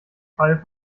fall